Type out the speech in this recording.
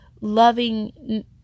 loving